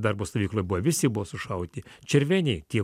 darbo stovykloj buvo visi buvo sušaudyti červenėj tie